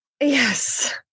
Yes